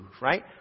right